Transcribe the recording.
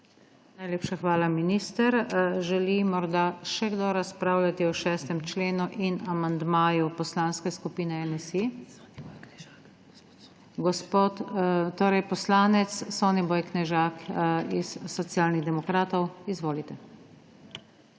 Najlepša hvala, minister. Želi morda še kdo razpravljati o 6. členu in amandmaju Poslanske skupine NSi? Poslanec Soniboj Knežak iz Socialnih demokratov, izvolite.